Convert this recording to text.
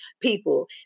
people